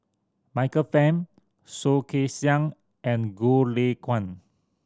Michael Fam Soh Kay Siang and Goh Lay Kuan